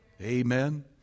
Amen